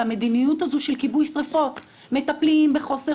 למדיניות הזו של כיבוי שריפות: מטפלים בחוסר